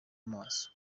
amaso